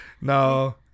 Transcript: no